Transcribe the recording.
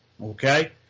Okay